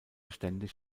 ständig